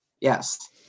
Yes